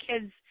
kids